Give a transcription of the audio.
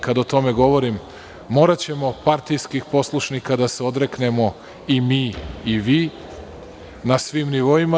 Kada o tome govorim, moraćemo partijskih poslušnika da se odreknemo i mi i vi, na svim nivoima.